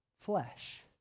Flesh